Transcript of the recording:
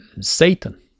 Satan